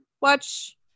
watch